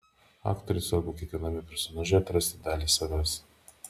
aktoriui svarbu kiekviename personaže atrasti dalį savęs